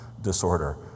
disorder